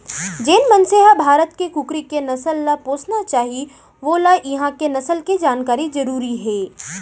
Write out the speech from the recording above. जेन मनसे ह भारत के कुकरी के नसल ल पोसना चाही वोला इहॉं के नसल के जानकारी जरूरी हे